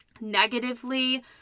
negatively